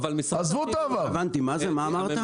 עזבו את העבר, אני מדבר על העתיד.